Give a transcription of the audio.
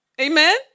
Amen